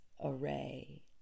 array